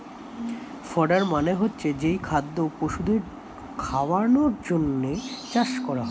fodder মানে হচ্ছে যেই খাদ্য পশুদের খাওয়ানোর জন্যে চাষ করা হয়